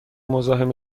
مزاحم